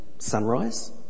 Sunrise